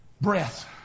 Breath